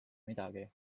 midagi